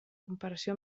comparació